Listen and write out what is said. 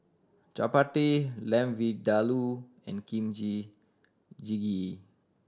Chapati Lamb Vindaloo and Kimchi Jjigae